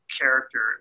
character